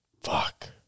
Fuck